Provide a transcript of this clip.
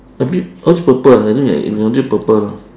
a bit yours purple ah I think purple ah